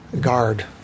guard